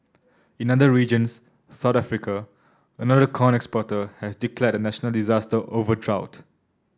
in other regions South Africa another corn exporter has declared a national disaster over drought